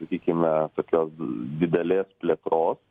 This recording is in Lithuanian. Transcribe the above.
sakykime tokios didelės plėtros